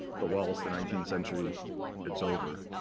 the waltz, the nineteenth century it's over.